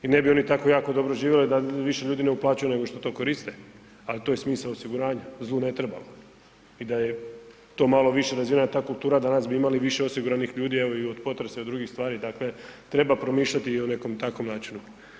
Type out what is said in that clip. I ne bi oni tako jako dobro živjeli da više ljudi ne uplaćuju nego što to koriste, ali to je smisao osiguranja, zlu ne trebalo i da je to malo više razvijena ta kultura danas bi imali više osiguranih ljudi evo, i od potresa i od drugih stvari, dakle, treba promišljati i o nekom takvom načinu.